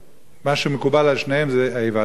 מה שמקובל על שניהם זה האיבה לישראל.